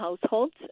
households